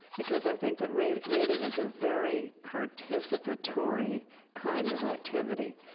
because i think that reading reading is a very participatory kind of activity.